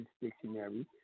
dictionary